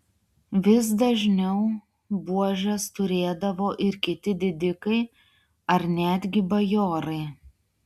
vis dažniau buožes turėdavo ir kiti didikai ar netgi bajorai